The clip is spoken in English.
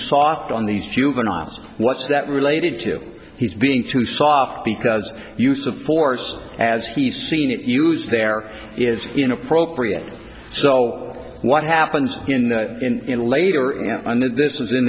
soft on these juveniles what's that related to he's being too soft because use of force as he's seen it used there is inappropriate so what happens in the in later under this is in